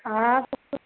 हाँ तो कुछ